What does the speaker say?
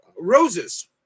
roses